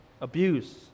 abuse